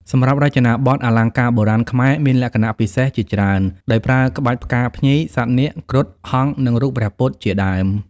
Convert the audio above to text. សម្រាប់រចនាបទអលង្ការបុរាណខ្មែរមានលក្ខណៈពិសេសជាច្រើន ដោយប្រើក្បាច់ផ្កាភ្ញី សត្វនាគ គ្រុឌ ហង្ស និងរូបព្រះពុទ្ធជាដើម។